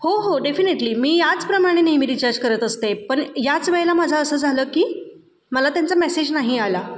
हो हो डेफिनेटली मी याचप्रमाणे नेहमी रिचार्ज करत असते पण याच वेळेला माझा असं झालं की मला त्यांचा मेसेज नाही आला